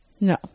no